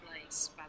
Place